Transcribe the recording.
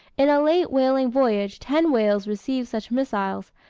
in a late whaling voyage ten whales received such missiles,